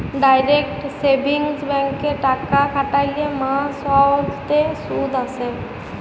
direct savings ব্যাংকে টাকা খ্যাটাইলে মাস অল্তে সুদ আসে